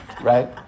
right